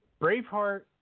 Braveheart